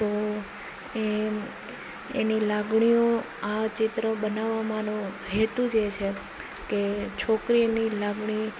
તો એ એની લાગણીઓ આ ચિત્ર બનાવવા મારો હેતુ જ એ છે કે છોકરીની લાગણી